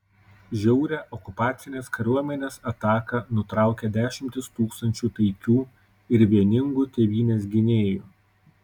žiaurią okupacinės kariuomenės ataką nutraukė dešimtys tūkstančių taikių ir vieningų tėvynės gynėjų